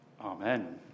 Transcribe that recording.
Amen